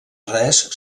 res